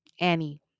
Annie